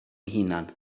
hunan